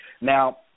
Now